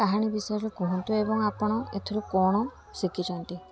କାହାଣୀ ବିଷୟରେ କୁହନ୍ତୁ ଏବଂ ଆପଣ ଏଥିରୁ କଣ ଶିଖିଛନ୍ତି